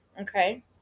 okay